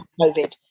COVID